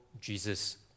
Jesus